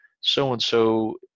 So-and-so